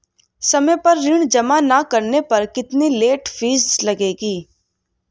समय पर ऋण जमा न करने पर कितनी लेट फीस लगेगी?